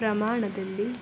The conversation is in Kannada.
ಪ್ರಮಾಣದಲ್ಲಿ